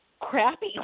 Crappy